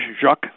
Jacques